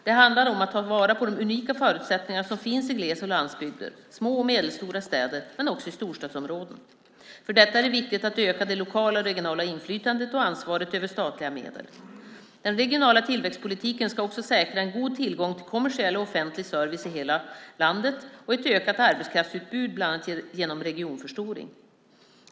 Det handlar om att ta vara på de unika förutsättningar som finns i gles och landsbygder, små och medelstora städer och i storstadsområden. För detta är det viktigt att öka det lokala och regionala inflytandet och ansvaret över statliga medel. Den regionala tillväxtpolitiken ska också säkra en god tillgång till kommersiell och offentlig service i hela landet och ett ökat arbetskraftsutbud, bland annat genom regionförstoring.